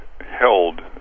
held